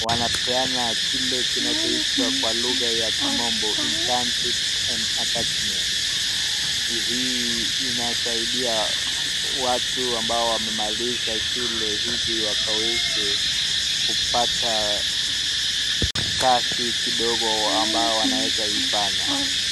wanapeana me kinachoitwa kwa lugha ya kimombo intership and atuochment hii inasaidia watu ambao wamemaliza shule hili wakaweze kupata kazi kidogo ambao wanaweza kuifanya.